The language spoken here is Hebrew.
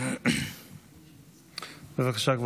ראשון הדוברים, חבר הכנסת יצחק קרויזר, בבקשה.